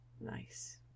nice